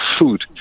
food